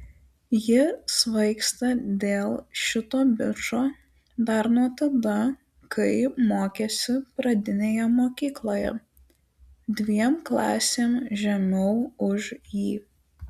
ji svaigsta dėl šito bičo dar nuo tada kai mokėsi pradinėje mokykloje dviem klasėm žemiau už jį